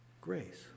Grace